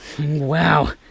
Wow